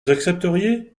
accepteriez